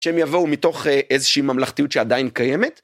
שהם יבואו מתוך איזושהי ממלכתיות שעדיין קיימת?